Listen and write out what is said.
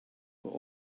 but